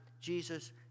Jesus